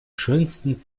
schönsten